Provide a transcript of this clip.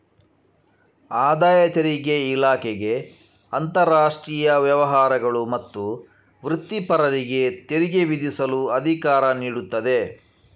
ಆದಾಯ ತೆರಿಗೆ ಇಲಾಖೆಗೆ ಅಂತರಾಷ್ಟ್ರೀಯ ವ್ಯವಹಾರಗಳು ಮತ್ತು ವೃತ್ತಿಪರರಿಗೆ ತೆರಿಗೆ ವಿಧಿಸಲು ಅಧಿಕಾರ ನೀಡುತ್ತದೆ